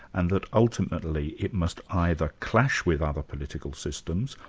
and that ultimately it must either clash with other political systems,